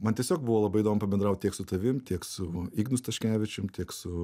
man tiesiog buvo labai įdomu pabendraut tiek su tavim tiek su ignu staškevičium tiek su